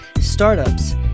startups